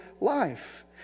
life